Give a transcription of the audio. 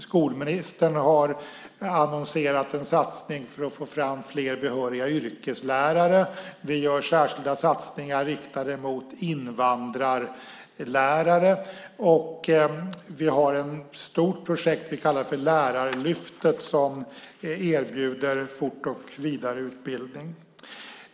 Skolministern har nyligen annonserat en satsning för att få fram fler behöriga yrkeslärare. Vi gör särskilda satsningar riktade mot invandrarlärare. Vi har ett stort projekt vi kallar Lärarlyftet. Det erbjuder fortbildning och vidareutbildning.